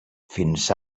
fins